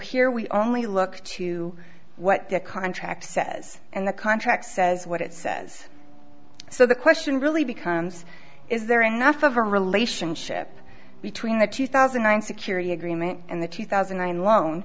here we only look to what the contract says and the contract says what it says so the question really becomes is there enough of a relationship between the two thousand and nine security agreement and the two thousand and nine lo